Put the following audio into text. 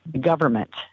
government